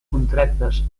contractes